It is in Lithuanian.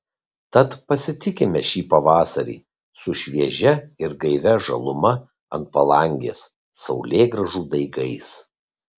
tad pasitikime šį pavasarį su šviežia ir gaivia žaluma ant palangės saulėgrąžų daigais